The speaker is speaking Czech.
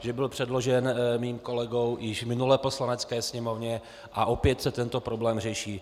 Že byl předložen mým kolegou již v minulé Poslanecké sněmovně a opět se tento problém řeší.